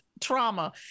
trauma